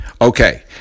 Okay